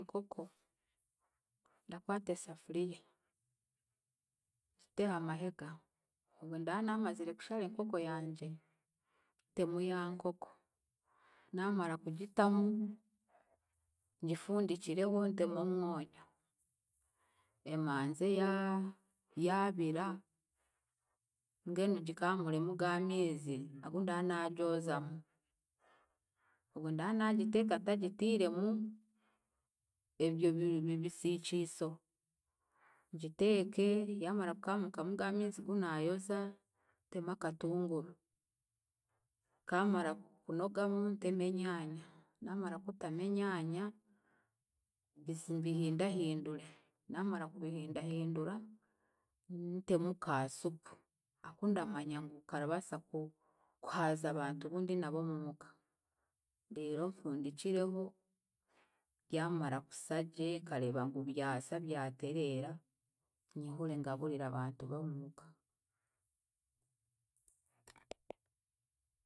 Enkoko, ndakwata esafuriya, ngite aha mahega, obwe nda naamazire kushara enkoko yangye, ntemu ya nkoko naamara kugitamu, ngifundikireho ntemu omwonyo, emanze yaa- yaabira mbwenu ngikaamuuremu ga meezi agu nda naagyozamu. Obwe nda naagiteeka ntagitiiremu ebyo bi- bi- bisiikiiso, ngiteke yaamara kukaamuukamu ga miizi gu naayoza, ntemu akatunguru, kaamara kunogamu, ntemu enyaanya, naamara kutamu enyaanya, mbisi mbihindahindure naamara kubihindahindura, ntemu ka supu aku ndamanya ngu karabaasa ku- kuhaaza abantu abu ndinabo omuuka, deero nfundikireho, byamara kusa gye nkareeba ngu byasa byatereera, nyihure ngaburire abantu b'omuka.